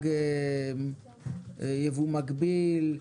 מותג יבוא מקביל,